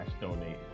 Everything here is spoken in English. donate